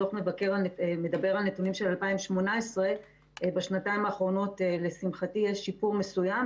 דוח המבקר מדבר על נתונים של 2018. בשנתיים האחרונות לשמחתי יש שיפור מסוים.